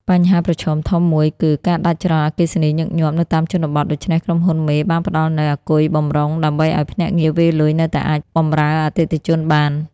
បញ្ហាប្រឈមធំមួយគឺ "ការដាច់ចរន្តអគ្គិសនីញឹកញាប់" នៅតាមជនបទ ដូច្នេះក្រុមហ៊ុនមេបានផ្ដល់នូវ "អាគុយបម្រុង" ដើម្បីឱ្យភ្នាក់ងារវេរលុយនៅតែអាចបម្រើអតិថិជនបាន។